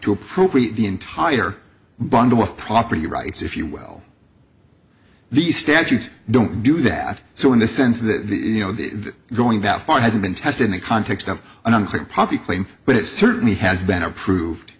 to appropriate the entire bundle of property rights if you will the statutes don't do that so in the sense that you know the going that far hasn't been tested in the context of an unclear poppy claim but it certainly has been approved